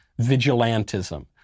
vigilantism